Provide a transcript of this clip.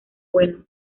bueno